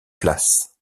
places